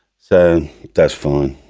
so that's fine